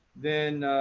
then,